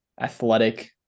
athletic